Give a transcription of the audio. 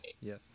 Yes